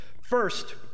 First